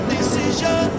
Decision